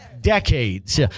decades